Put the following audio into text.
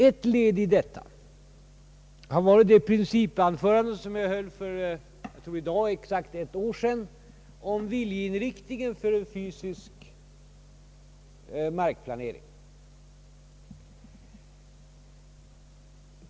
Ett led i detta har varit det principanförande som jag höll för jag tror exakt ett år sedan om viljeinriktningen för en fysisk markplanering.